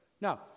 Now